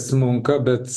smunka bet